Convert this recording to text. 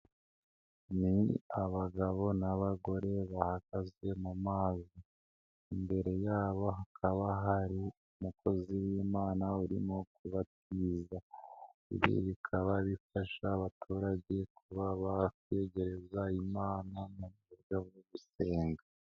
Ni abagabo n'abagore bahagaze mu mazi, imbere yabo hakaba hari umukozi w'Imana urimo kubatiza. Ibi bikaba bifasha abaturage kubaba bakwiyegereza Imana, mu buryo bwo gusenga.